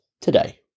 today